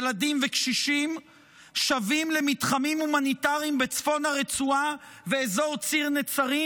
ילדים וקשישים שבים למתחמים הומניטריים בצפון הרצועה ובאזור ציר נצרים,